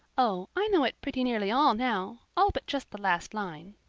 oh, i know it pretty nearly all now all but just the last line.